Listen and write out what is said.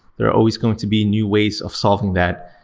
there are always going to be new ways of solving that,